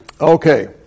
Okay